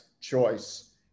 choice